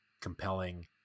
compelling